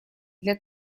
для